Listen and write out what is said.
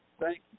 thank